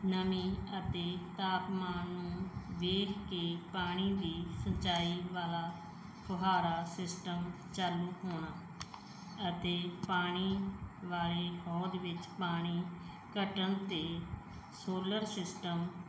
ਨਵੀਂ ਅਤੇ ਤਾਪਮਾਨ ਨੂੰ ਵੇਖ ਕੇ ਪਾਣੀ ਦੀ ਸਿੰਚਾਈ ਵਾਲਾ ਫੁਹਾਰਾ ਸਿਸਟਮ ਚਾਲੂ ਹੋਣਾ ਅਤੇ ਪਾਣੀ ਵਾਲੀ ਹੋਂਦ ਵਿੱਚ ਪਾਣੀ ਘਟਣ 'ਤੇ ਸੋਲਰ ਸਿਸਟਮ